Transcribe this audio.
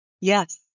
Yes